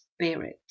spirit